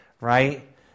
right